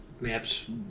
maps